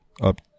up